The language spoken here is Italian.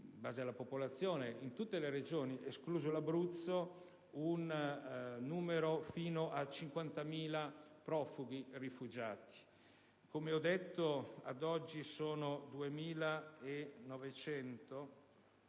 legati alla popolazione, in tutte le Regioni, escluso l'Abruzzo, un numero fino a 50.000 tra profughi e rifugiati. Fino ad oggi sono 2.300